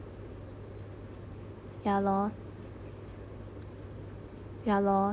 ya lor ya lor